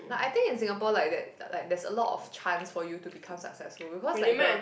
like I think in Singapore like that like there's a lot of chance for you to become successful because like the